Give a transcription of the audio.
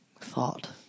thought